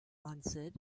answered